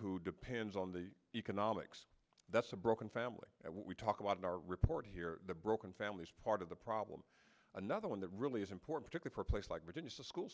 who depends on the economics that's a broken family we talk about in our report here the broken families part of the problem another one that really is important to keep for a place like britain is the school